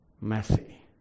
Messy